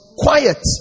Quiet